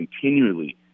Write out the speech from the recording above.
continually